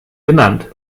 benannt